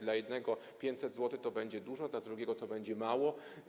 Dla jednego 500 zł to będzie dużo, dla drugiego to będzie mało.